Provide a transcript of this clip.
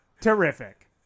terrific